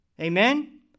Amen